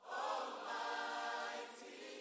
almighty